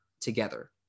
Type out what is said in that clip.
together